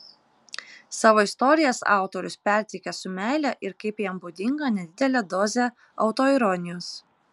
savo istorijas autorius perteikia su meile ir kaip jam būdinga nedidele doze autoironijos